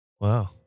Wow